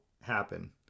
happen